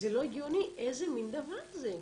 איזה מן דבר זה?